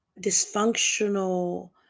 dysfunctional